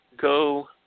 go